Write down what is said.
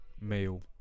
Male